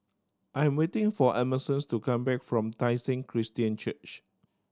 I am waiting for Emerson's to come back from Tai Seng Christian Church